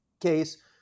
case